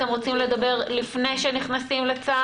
אתם רוצים לדבר לפני שנכנסים לעומק הצו?